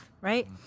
right